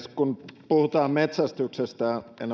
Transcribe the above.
kun puhutaan metsästyksestä